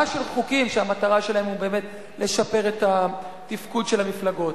של חוקים שהמטרה שלהם היא באמת לשפר את התפקוד של המפלגות.